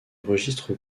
registre